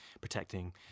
protecting